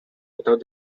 without